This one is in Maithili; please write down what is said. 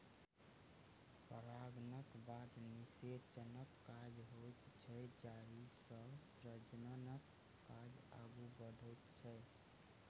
परागणक बाद निषेचनक काज होइत छैक जाहिसँ प्रजननक काज आगू बढ़ैत छै